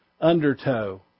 undertow